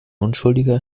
unschuldiger